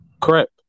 Correct